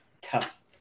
tough